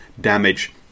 damage